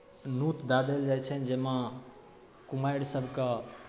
नोत दए देल जाइ छनि जाहिमे कुमारिसभकेँ